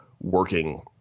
working